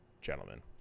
gentlemen